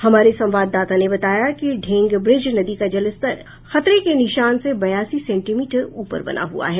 हमारे संवाददाता ने बताया कि ढेंगब्रिज नदी का जलस्तर खतरे के निशान से बयासी सेंटीमीटर ऊपर बना हुआ है